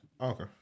Okay